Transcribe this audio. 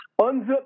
unzip